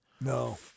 No